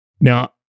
Now